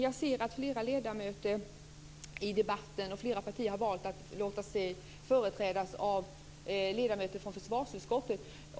Jag ser att flera partier har låtit sig företrädas av ledamöter från försvarsutskottet.